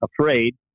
afraid